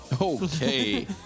Okay